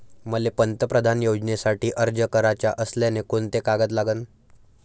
मले पंतप्रधान योजनेसाठी अर्ज कराचा असल्याने कोंते कागद लागन?